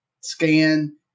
scan